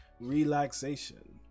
relaxation